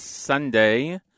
Sunday